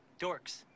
Dorks